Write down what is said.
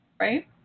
Right